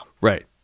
Right